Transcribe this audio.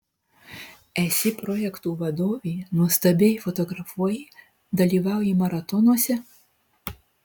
esi projektų vadovė nuostabiai fotografuoji dalyvauji maratonuose